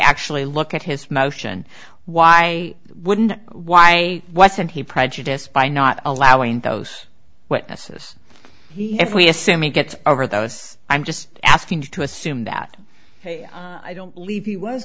actually look at his motion why wouldn't why wasn't he prejudiced by not allowing those witnesses he if we assume we get over this i'm just asking you to assume that i don't believe he was